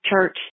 church